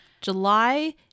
july